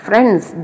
Friends